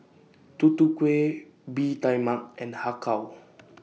Tutu Kueh Bee Tai Mak and Har Kow